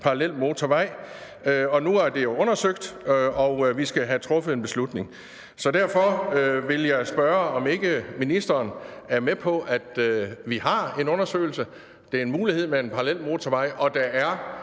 parallelmotorvej, og nu er det jo undersøgt, og vi skal have truffet en beslutning. Så derfor vil jeg spørge, om ikke ministeren er med på, at vi har en undersøgelse, at det er en mulighed med en parallelmotorvej, og at der er